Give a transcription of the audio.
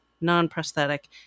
non-prosthetic